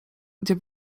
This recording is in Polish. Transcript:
gdzie